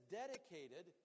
dedicated